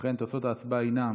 ובכן, תוצאות ההצבעה הינן